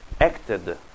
acted